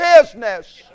business